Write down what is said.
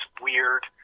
weird